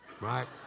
right